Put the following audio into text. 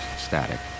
static